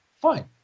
fine